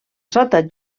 sota